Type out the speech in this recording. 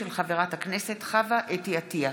של חברת הכנסת חוה אתי עטייה.